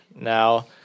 now